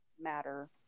matter